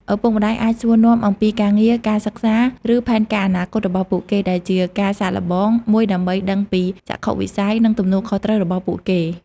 ឪពុកម្តាយ អាចសួរនាំអំពីការងារ ការសិក្សា ឬផែនការអនាគតរបស់ពួកគេ ដែលជាការសាកល្បងមួយដើម្បីដឹងពីចក្ខុវិស័យ និងទំនួលខុសត្រូវរបស់ពួកគេ។